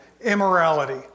Immorality